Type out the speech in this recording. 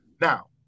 Now